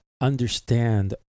understand